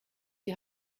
die